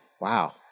Wow